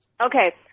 Okay